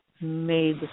made